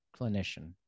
clinician